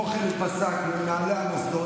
הוא פסק למנהלי המוסדות,